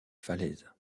falaise